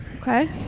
okay